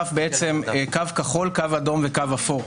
בגרף קו כחול, קו אדום וקו אפור.